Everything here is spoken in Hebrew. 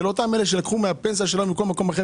זה לאותם אלה שלקחו מהפנסיה שלהם ומכל מקום אחר,